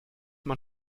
man